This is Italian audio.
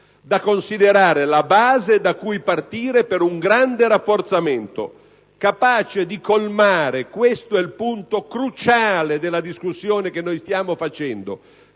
da considerare la base da cui partire per un grande rafforzamento, capace di colmare - questo è il punto cruciale della discussione che noi stiamo facendo